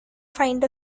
find